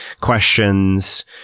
questions